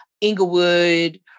Inglewood